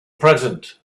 present